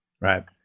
Right